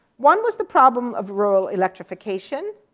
one was the problem of rural electrification,